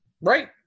Right